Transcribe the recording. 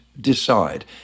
decide